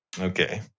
okay